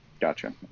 gotcha